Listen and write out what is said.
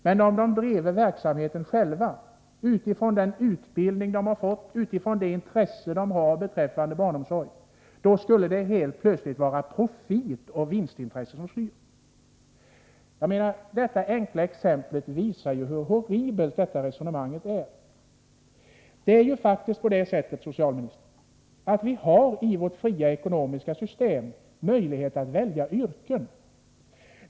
Men om de drev verksamheten själva med den utbildning de fått och utifrån det intresse de har för barnomsorg, skulle det helt plötsligt vara profit och vinstintresse som styr. Detta enkla exempel visar hur horribelt detta resonemang är. Vi har faktiskt i vårt land, socialministern, möjlighet att inom fria ekonomiska system välja yrke.